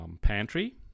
pantry